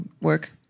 work